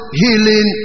healing